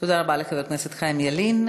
תודה רבה לחבר הכנסת חיים ילין.